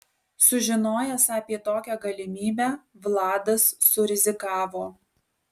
sužinojęs apie tokią galimybę vladas surizikavo